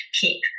keep